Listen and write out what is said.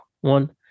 one